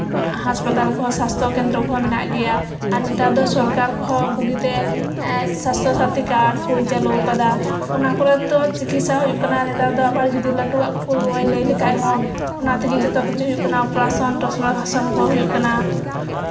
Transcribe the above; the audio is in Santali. ᱦᱟᱥᱯᱟᱛᱟᱞ ᱠᱚᱸᱦᱚ ᱥᱟᱥᱛᱷᱚ ᱠᱮᱱᱫᱽᱨᱚ ᱠᱚᱸᱦᱚ ᱢᱮᱱᱟᱜ ᱜᱮᱭᱟ ᱟᱨ ᱱᱮᱛᱟᱨ ᱫᱚ ᱥᱚᱨᱠᱟᱨᱦᱚᱸ ᱵᱩᱜᱤᱛᱮ ᱥᱟᱥᱛᱷᱚ ᱥᱟᱛᱷᱤ ᱠᱟᱨᱰ ᱠᱚ ᱪᱟᱹᱞᱩ ᱠᱟᱫᱟ ᱚᱱᱟ ᱠᱚᱨᱮ ᱛᱚ ᱪᱤᱠᱤᱛᱥᱟ ᱦᱩᱭᱩᱜ ᱠᱟᱱᱟ ᱱᱮᱛᱟᱨ ᱫᱚ ᱞᱟᱹᱴᱩᱣᱟᱜ ᱨᱩᱣᱟᱹ ᱞᱟᱹᱭ ᱞᱮᱠᱷᱟᱡ ᱫᱚ ᱚᱱᱟ ᱛᱮᱜᱮ ᱡᱚᱛᱚ ᱠᱤᱪᱦᱩ ᱦᱩᱭᱩᱜ ᱠᱟᱱᱟ ᱚᱯᱟᱨᱮᱥᱚᱱ ᱴᱚᱯᱟᱨᱮᱥᱚᱱ ᱠᱚ ᱦᱩᱭᱩᱜ ᱠᱟᱱᱟ